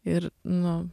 ir nu